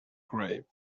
grave